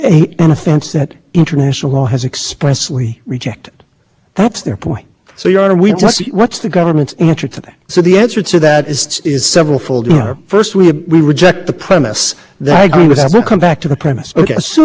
considered the possibility of conspiracy to commit war crimes as a violation of international and rejected it and in fact the only one they permitted in the end his conspiracy to commit genocide so their